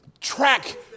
track